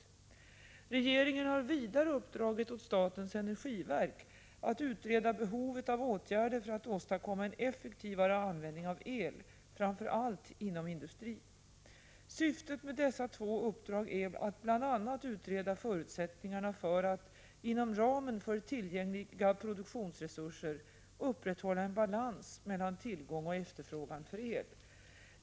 Regeringen har vidare uppdragit åt statens energiverk att utreda behovet av åtgärder för att åstadkomma en effektivare användning av el, framför allt inom industrin. Syftet med dessa två uppdrag är att bl.a. utreda förutsättningarna för att, inom ramen för tillgängliga produktionsresurser, upprätthålla en balans mellan tillgång och efterfrågan på el.